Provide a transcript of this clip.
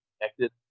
connected